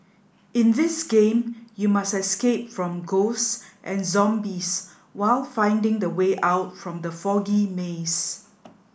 in this game you must escape from ghosts and zombies while finding the way out from the foggy maze